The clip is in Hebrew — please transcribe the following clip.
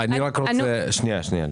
שנייה.